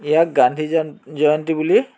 ইয়াক গান্ধী জয়ন্তী বুলি